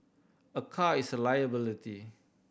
a car is a liability